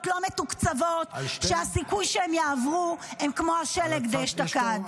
לא מתוקצבות שהסיכוי שיעברו הוא כמו השלג דאשתקד.